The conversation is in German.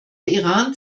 iran